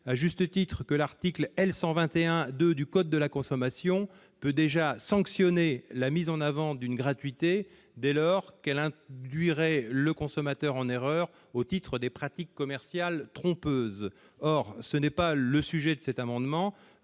à juste titre, que l'article L. 121-2 du code de la consommation peut déjà sanctionner la mise en avant d'une gratuité dès lors qu'elle induirait le consommateur en erreur au titre des pratiques commerciales trompeuses. Or ce n'est pas l'objet de cet amendement